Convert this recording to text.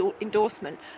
endorsement